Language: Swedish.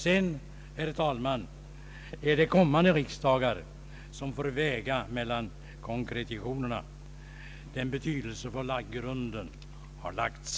Sedan, herr talman, är det kommande riksdagar som får väga mellan konkretionerna. Den betydelsefulla grunden har lagts.